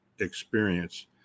experience